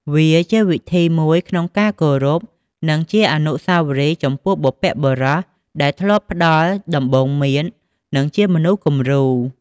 វាជាវិធីមួយក្នុងការគោរពនិងជាអនុស្សាវរីយ៍ចំពោះបុព្វបុរសដែលធ្លាប់ផ្ដល់ដំបូន្មាន និងជាមនុស្សគំរូ។